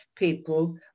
People